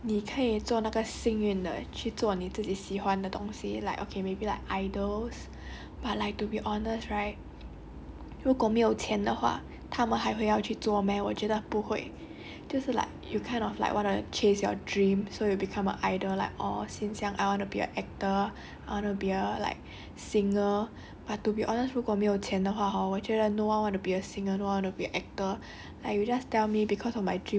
but I feel like hor this is life like to be honest right 你可以做那个幸运的去做你自己喜欢的东西 like okay maybe like idols but like to be honest right 如果没有钱的话他们还会要去做 meh 我觉得不会就是 like you kind of like wanna chase your dream so you will become a idol like or since young I wanna be a actor or I wanna be a like singer but to be honest 如果没有钱的话 hor